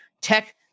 tech